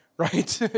right